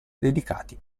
dedicati